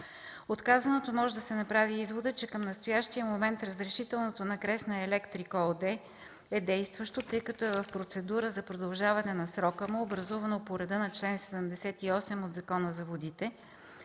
От казаното може да се направи изводът, че към настоящия момент разрешителното на „Кресна Електрик” ООД е действащо, тъй като е в процедура за продължаване на срока му, образувано по реда на чл. 78 от Закона за водите,